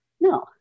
no